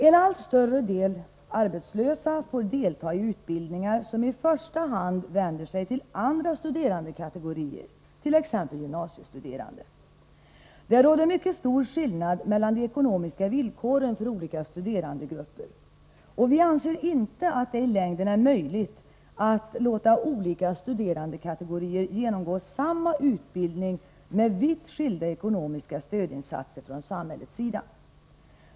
En allt större andel arbetslösa får delta i utbildningar, som i första hand vänder sig till andra studerandekategorier, t.ex. gymnasiestuderande. Det råder stor skillnad mellan de ekonomiska villkoren för olika studerandegrupper, och vi anser inte att det i längden är möjligt att låta olika studerandekategorier genomgå samma utbildning med vitt skilda ekonomiska stödinsatser från samhällets sida.